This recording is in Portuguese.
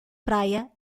praia